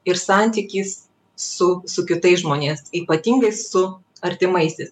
ir santykis su su kitais žmonėms ypatingai su artimaisiais